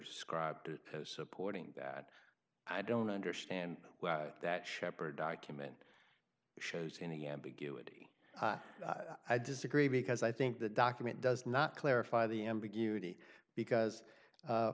described as supporting that i don't understand that sheppard document shows any ambiguity i disagree because i think the document does not clarify the ambiguity because